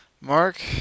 mark